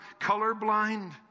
colorblind